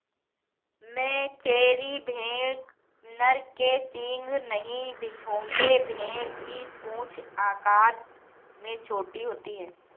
मेचेरी भेड़ नर के सींग नहीं होंगे भेड़ की पूंछ आकार में छोटी होती है